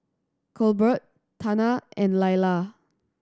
Colbert Tana and Laila